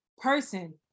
person